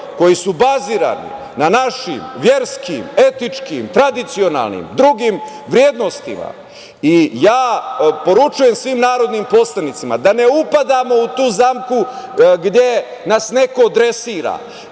koji su bazirani na našim verskim, etičkim, tradicionalnim, drugim vrednostima i ja poručujem svim narodnim poslanicima da ne upadamo u tu zamku gde nas neko dresira